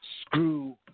Screw